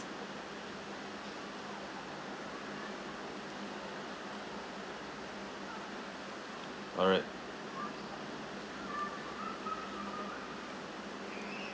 alright